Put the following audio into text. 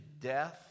death